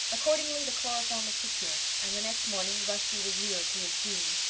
accordingly the chloroform was procured, and the next morning rusty was lured to his doom.